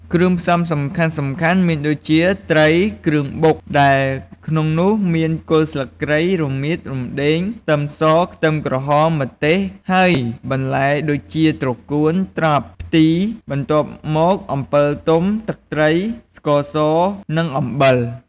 គ្រឿងផ្សំសំខាន់ៗមានដូចជា ត្រី គ្រឿងបុកដែលក្នុងនោះមាន គល់ស្លឹកគ្រៃ រមៀត រំដេង ខ្ទឹមស ខ្ទឹមក្រហម ម្ទេស ហើយបន្លែដូចជា ត្រកួន ត្រប់ ផ្ទី បន្ទាប់មកអំពិលទុំ ទឹកត្រី ស្ករស និងអំបិល។